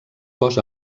cos